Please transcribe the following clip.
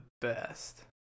best